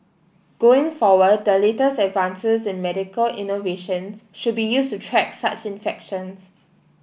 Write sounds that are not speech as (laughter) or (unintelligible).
going forward the latest (unintelligible) in medical innovations should be used to track such infections